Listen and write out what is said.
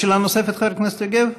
יש שאלה נוספת, חבר הכנסת יוגב?